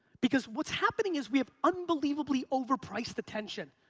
because what's happening is we have unbelievably overpriced attention.